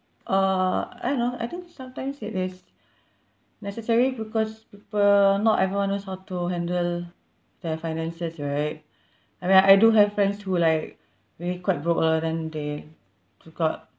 uh I don't know I think sometimes it is necessary because people not everyone knows how to handle their finances right I mean I do have friends who like really quite broke lah then they took out